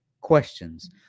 questions